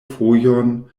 fojon